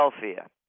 Philadelphia